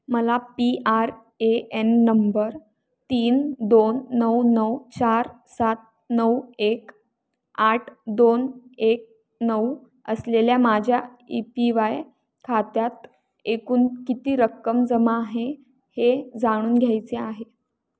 मला P R A N number तीन दोन नऊ नऊ चार सात नऊ एक आठ दोन एक नऊ असलेल्या माझ्या ई पी वाय खात्यात एकूण किती रक्कम जमा आहे हे जाणून घ्यायचे आहे